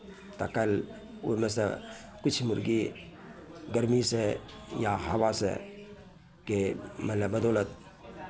तऽ काल्हि ओहिमे सँ किछु मुर्गी गर्मीसँ या हवासँ के मानि लए बदौलत